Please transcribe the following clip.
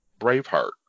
Braveheart